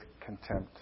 contempt